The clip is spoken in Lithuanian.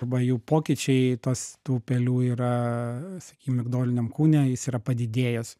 arba jų pokyčiai tos tų pelių yra sakykim migdoliniam kūne jis yra padidėjęs